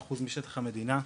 13% משטח המדינה,